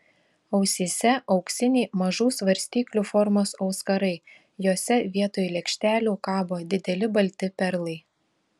ausyse auksiniai mažų svarstyklių formos auskarai jose vietoj lėkštelių kabo dideli balti perlai